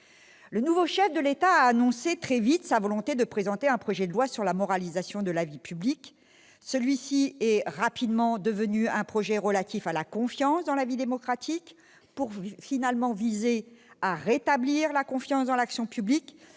Le nouveau chef de l'État a très vite annoncé sa volonté de présenter un projet de loi sur la « moralisation de la vie publique », rapidement devenu un projet de loi relatif à la « confiance dans la vie démocratique » pour finalement viser à rétablir « la confiance dans l'action publique